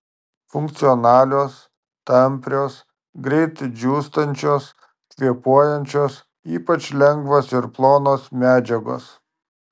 funkcionalios tamprios greit džiūstančios kvėpuojančios ypač lengvos ir plonos medžiagos